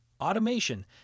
automation